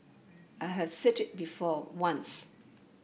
I have said it before once